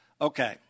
Okay